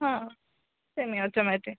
हां semi automatic